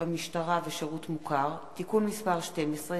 במשטרה ושירות מוכר) (תיקון מס' 12),